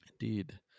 indeed